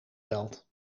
veld